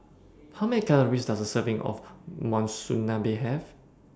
How Many Calories Does A Serving of Monsunabe Have